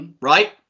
right